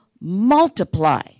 multiply